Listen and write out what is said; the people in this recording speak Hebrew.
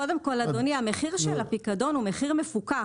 קודם כל, אדוני, המחיר של הפיקדון הוא מחיר מפוקח.